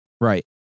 Right